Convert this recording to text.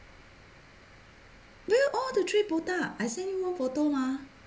there all the trees botak I send you one photo mah